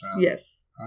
yes